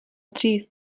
dřív